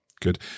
Good